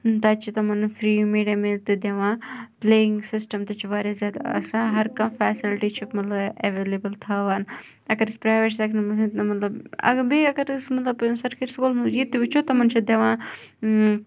تَتہِ چھِ تِمَن فری مِڈ ڈے میٖل تہِ دِوان پلینٛگ سِسٹَم تہِ چھُ واریاہ زیادٕ آسان ہَر کانٛہہ فیسَلٹِی چھِکھ مَطلَب ایویلیٚبٕل تھاوان اَگَر أسۍ پرایویٹ سیٚکٹَرَس مَنٛز اَگَر أسۍ ییٚتہِ تہِ وٕچھو تِمَن چھِ دِوان